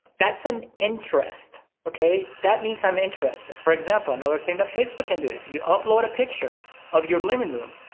that's an interest, okay? that means i'm interested. and for example, another thing that facebook can do, if you upload a picture of your living room,